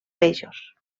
peixos